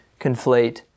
conflate